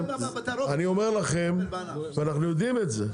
אני אומר לכם שאנחנו יודעים את זה,